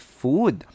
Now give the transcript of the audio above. food